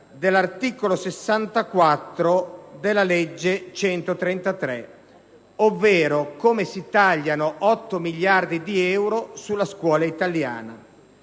dell'articolo 64 della legge n. 133 del 2008, ovvero come si tagliano otto miliardi di euro sulla scuola italiana,